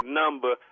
number